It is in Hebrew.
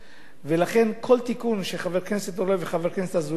לכן כל תיקון שחברי הכנסת אורלב וחבר הכנסת אזולאי יזמו,